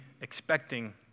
expecting